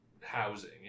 housing